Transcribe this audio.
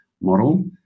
model